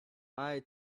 eye